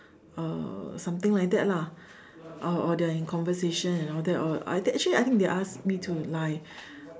uh something like that lah or or they're in conversation and all that or I think actually I think they asked me to lie